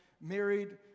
married